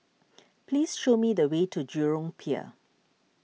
please show me the way to Jurong Pier